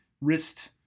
wrist